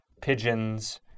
pigeons